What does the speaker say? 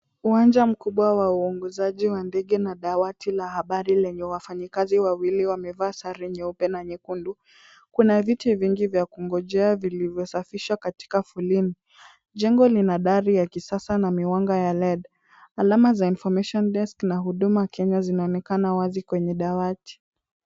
Uwanja mkubwa wa uongozaji wa ndege na dawati la habari lenye wafanyakazi wawili wamevaa sare nyeupe na nyekundu. Kuna viti vingi vya kungojea vilivyosafishwa katika foleni. Jengo lina dari ya kisasa na miwanga ya LED , alama za information desk na huduma Kenya zinaonekana wazi kwenye dawati.